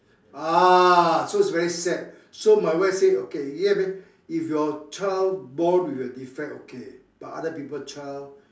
ah so it's very sad so my wife say okay you if your child born with a defect okay but other people child